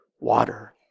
water